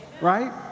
right